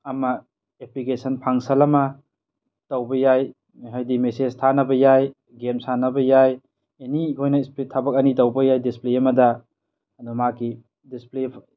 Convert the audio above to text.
ꯑꯃ ꯑꯦꯄ꯭ꯂꯤꯀꯦꯁꯟ ꯐꯥꯡꯁꯜ ꯑꯃ ꯇꯧꯕ ꯌꯥꯏ ꯍꯥꯏꯗꯤ ꯃꯦꯁꯦꯁ ꯊꯥꯅꯕ ꯌꯥꯏ ꯒꯦꯝ ꯁꯥꯟꯅꯕ ꯌꯥꯏ ꯑꯦꯅꯤ ꯑꯩꯈꯣꯏꯅ ꯁ꯭ꯄꯤꯠ ꯑꯅꯤ ꯊꯕꯛ ꯑꯅꯤ ꯇꯧꯕ ꯌꯥꯏ ꯗꯤꯁꯄ꯭ꯂꯦ ꯑꯃꯗ ꯑꯗꯣ ꯃꯥꯒꯤ ꯗꯤꯁꯄ꯭ꯂꯦ